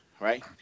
right